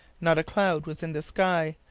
not a cloud was in the sky.